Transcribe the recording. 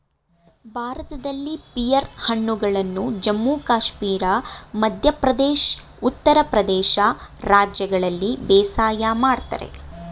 ಭಾರತದಲ್ಲಿ ಪಿಯರ್ ಹಣ್ಣುಗಳನ್ನು ಜಮ್ಮು ಕಾಶ್ಮೀರ ಮಧ್ಯ ಪ್ರದೇಶ್ ಉತ್ತರ ಪ್ರದೇಶ ರಾಜ್ಯಗಳಲ್ಲಿ ಬೇಸಾಯ ಮಾಡ್ತರೆ